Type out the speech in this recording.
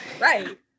right